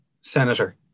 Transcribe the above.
senator